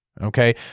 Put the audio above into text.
okay